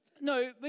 No